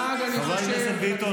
חבר הכנסת ביטון,